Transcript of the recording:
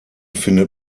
findet